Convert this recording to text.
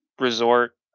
resort